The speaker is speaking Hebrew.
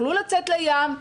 יוכלו לצאת לים?